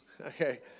okay